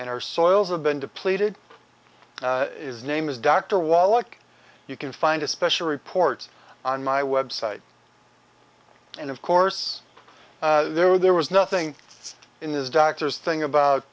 and our soils have been depleted is name is dr wallach you can find a special report on my website and of course there were there was nothing in this doctor's thing about